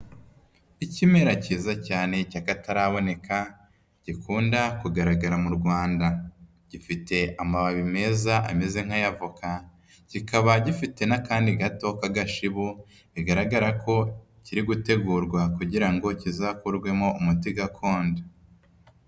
Ikimera cyiza cyane cy'akataraboneka gikunda kugaragara mu Rwanda, gifite amababi meza ameze nk'aya voka, kikaba gifite n'akandi gato k'agashibo bigaragara ko kiri gutegurwa kugira ngo kizakurwemo umuti gakondo.